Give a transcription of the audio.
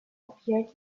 appeared